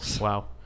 Wow